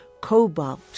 cobalt